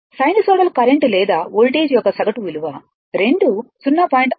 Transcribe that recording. sinusoidal current లేదా voltage యొక్క సగటు విలువ రెండూ 0